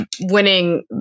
winning